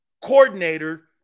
coordinator